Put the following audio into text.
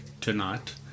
tonight